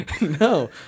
No